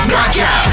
Gotcha